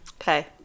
Okay